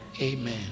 Amen